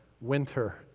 winter